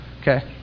Okay